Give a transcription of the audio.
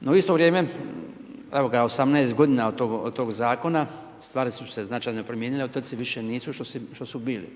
No, u isto vrijeme, evo ga, 18 godina od tog Zakona, stvari su se značajno promijenile. Otoci više nisu što bili.